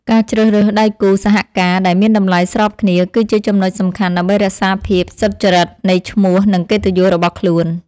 ការជ្រើសរើសដៃគូសហការដែលមានតម្លៃស្របគ្នាគឺជាចំណុចសំខាន់ដើម្បីរក្សាភាពសុចរិតនៃឈ្មោះនិងកិត្តិយសរបស់ខ្លួន។